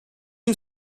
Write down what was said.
you